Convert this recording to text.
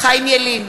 חיים ילין,